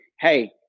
hey